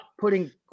putting